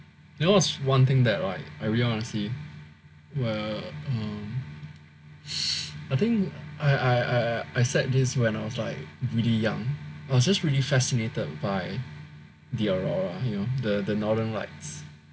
there was one thing right that I I really wanna see I think I I I said this when I was like really young I was just really fascinated by the aurora you know the the northern lights